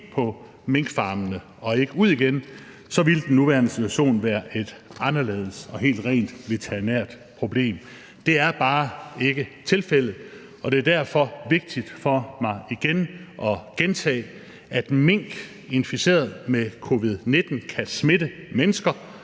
i minkfarmene og ikke ud igen, ville den nuværende situation være et anderledes og rent veterinært problem. Det er bare ikke tilfældet, og det er derfor vigtigt for mig igen at gentage, at mink smittet med covid-19 kan smitte mennesker